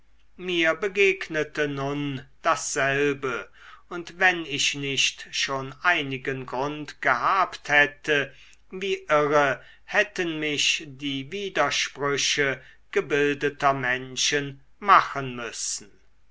mir begegnete nun dasselbe und wenn ich nicht schon einigen grund gehabt hätte wie irre hätten mich die widersprüche gebildeter menschen machen müssen